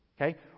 Okay